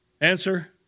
Answer